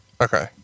Okay